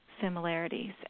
similarities